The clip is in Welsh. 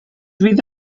fydd